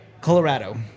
Colorado